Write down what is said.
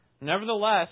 Nevertheless